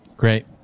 Great